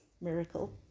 miracle